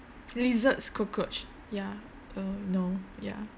lizards cockroach ya uh no ya